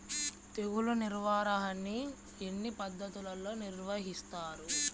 తెగులు నిర్వాహణ ఎన్ని పద్ధతులలో నిర్వహిస్తారు?